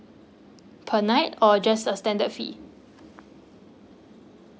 per night or just a standard fee